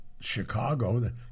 Chicago